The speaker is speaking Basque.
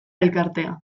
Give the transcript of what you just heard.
elkartea